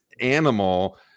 animal